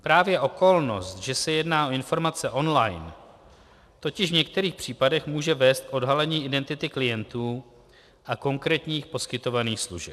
Právě okolnost, že se jedná o informace online, totiž v některých případech může vést k odhalení identity klientů a konkrétních poskytovaných služeb.